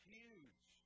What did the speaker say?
huge